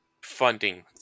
funding